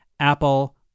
Apple